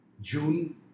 June